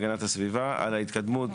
המשרד להגנת הסביבה קובע סדר עדיפויות